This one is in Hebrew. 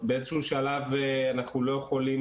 הוקמה והתיכון לא מצדיק מבחינת גודל אבל אנחנו רואים